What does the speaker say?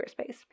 Squarespace